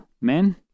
men